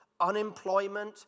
unemployment